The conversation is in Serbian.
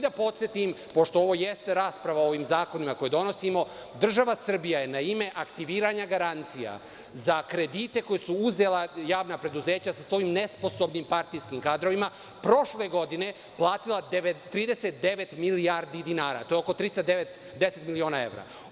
Da podsetim pošto ovo jeste rasprava o ovim zakonima koje donosimo, država Srbija je na ime aktiviranja garancija za kredite koje su uzela javna preduzeća sa svojim nesposobnim partijskim kadrovima, prošle godine platila 39 milijardi dinara, a to je oko 310 miliona evra.